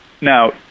Now